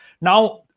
Now